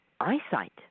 eyesight